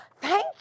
thank